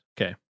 Okay